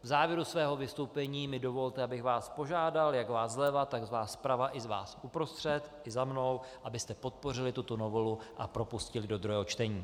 V závěru mého vystoupení mi dovolte, abych požádal vás zleva, tak vás zprava, tak vás uprostřed i za mnou, abyste podpořili tuto novelu a propustili do druhého čtení.